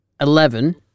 Eleven